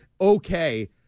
okay